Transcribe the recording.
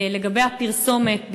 לגבי הפרסומת,